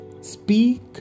Speak